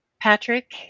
Patrick